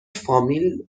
فامیل